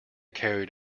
carried